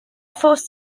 force